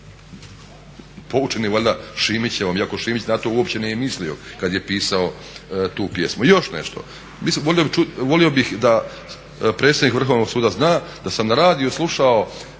poučeni valjda Šimićevom iako Šimić na to uopće nije mislio kada je pisao tu pjesmu. Još nešto, volio bih da predsjednik Vrhovnog suda zna da sam na radiju slušao